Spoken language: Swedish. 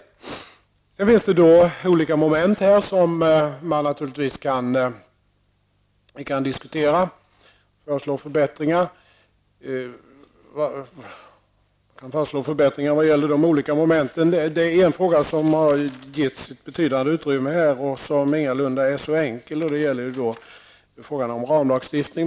Sedan finns det olika moment som man naturligtvis kan diskutera och där man kan föreslå förbättringar. En fråga som getts betydande utrymme och som ingalunda är enkel är frågan om ramlagstiftning.